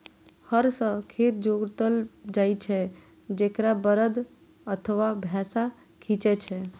हर सं खेत जोतल जाइ छै, जेकरा बरद अथवा भैंसा खींचै छै